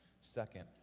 Second